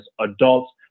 adults